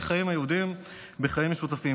איך חיים היהודים בחיים משותפים,